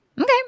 Okay